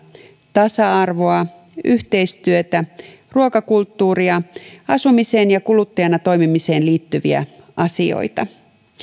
tasa arvoa yhteistyötä ruokakulttuuria asumiseen ja kuluttajana toimimiseen liittyviä asioita